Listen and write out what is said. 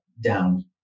down